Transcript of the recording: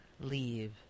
leave